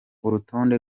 urutonde